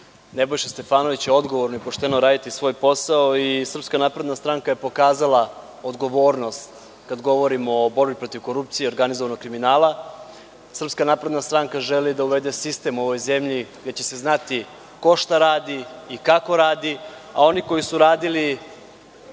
Nebojša Stefanović odgovorno i pošteno raditi svoj posao i SNS je pokazala odgovornost kada govorimo o borbi protiv korupcije i organizovanog kriminala. Srpska napredna stranka želi da uvede sistem u ovoj zemlji gde će se znati ko šta radi i kako radi, a oni koji su radili